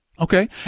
Okay